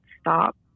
stop